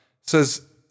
says